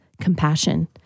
compassion